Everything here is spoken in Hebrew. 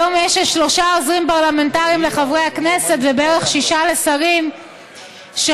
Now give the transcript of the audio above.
היום יש שלושה עוזרים פרלמנטריים לחברי הכנסת ובערך שישה לשרים שחושב